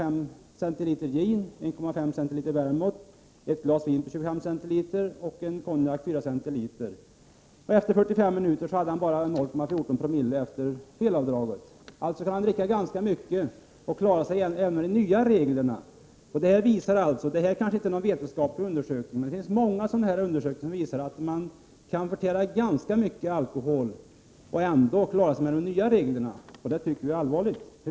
En medarbetare fick dricka Dry Martini , ett glas vin och en cognac . Efter 45 minuter hade han bara 0,14 00 alkohol i blodet, efter säkerhetsavdraget. Han kunde alltså dricka ganska mycket och skulle även med den nya promillegränsen ha undgått straff. Den här undersökningen var kanske inte vetenskaplig, men det finns många andra undersökningar som visar att man kan förtära ganska mycket alkohol och ändå undgå straff enligt de nya reglerna. Det tycker jag är allvarligt.